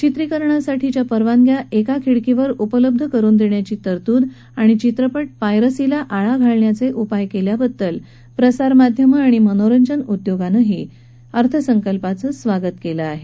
वित्रीकरणासाठीच्या परवानच्या एका खिडकीवर उपलब्ध करुन देण्याची तरतूद आणि चित्रपट पायरसीला आळा घालण्याचे उपाय केल्याबद्दल प्रसारमाध्यमं आणि मनोरंजन उद्योगानंही अर्थसंकल्पाचं स्वागत आहे